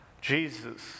jesus